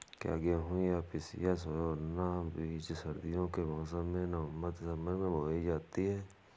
क्या गेहूँ या पिसिया सोना बीज सर्दियों के मौसम में नवम्बर दिसम्बर में बोई जाती है?